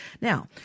Now